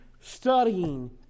studying